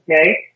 okay